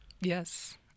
Yes